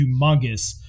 humongous